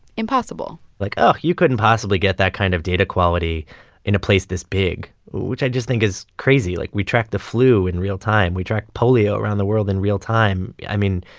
impossible like, oh, you couldn't possibly get that kind of data quality in a place this big, which i just think is crazy. like, we track the flu in real time. we tracked polio around the world in real time. i mean,